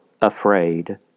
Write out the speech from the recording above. afraid